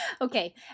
okay